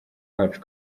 wacu